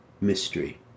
mystery